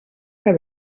que